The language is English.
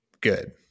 good